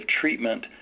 treatment